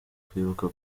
kwibuka